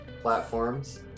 platforms